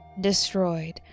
destroyed